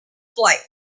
flight